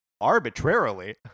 arbitrarily